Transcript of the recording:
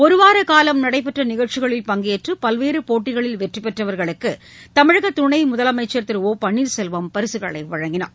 ஒருவார காலம் நடைபெற்ற நிகழ்ச்சிகளில் பங்கேற்று பல்வேறு போட்டிகளில் வெற்றிபெற்றவர்களுக்கு தமிழக துணை முதலமைச்சர் திரு ஒபன்னீர்செல்வம் பரிசுகளை வழங்கினார்